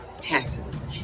taxes